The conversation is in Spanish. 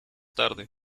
tarde